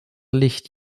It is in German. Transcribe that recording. licht